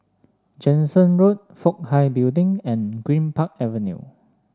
Jansen Road Fook Hai Building and Greenpark Avenue